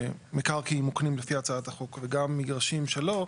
מקרקעין מוקנים לפי הצעת החוק וגם מגרשים שלא,